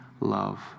love